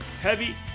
Heavy